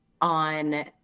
on